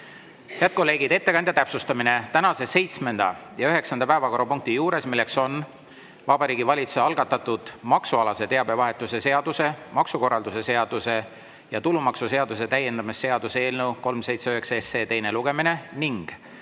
Head kolleegid, ettekandja täpsustamine: tänase seitsmenda ja üheksanda päevakorrapunkti juures, milleks on Vabariigi Valitsuse algatatud maksualase teabevahetuse seaduse, maksukorralduse seaduse ja tulumaksuseaduse täiendamise seaduse eelnõu 379 teine lugemine ning